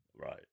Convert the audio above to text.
right